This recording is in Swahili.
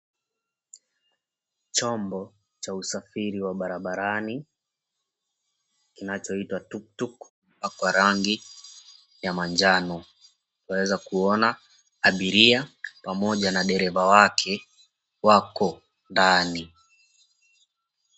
Chombo cha usafiri wa barabarani kinachoitwa tuktuk kimepakwa rangi ya manjano. Twaweza kuona abiria pamoja na dereva wake wako ndani.